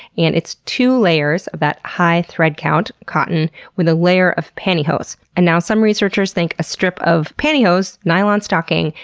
and it's two layers of that high thread count cotton with a layer of pantyhose. and some researchers think a strip of pantyhose, nylon stocking,